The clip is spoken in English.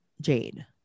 Jade